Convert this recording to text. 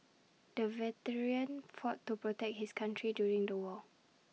the veteran fought to protect his country during the war